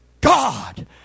God